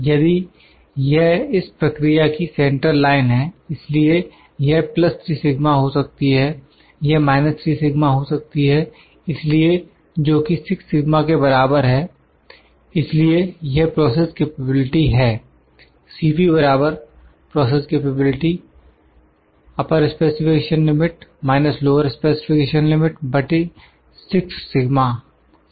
यदि यह इस प्रक्रिया की सेंट्रल लाइन है इसलिए यह 3 σ हो सकती है यह −3 σ हो सकती है इसलिए जोकि 6σ के बराबर है इसलिए यह प्रोसेस कैपेबिलिटी है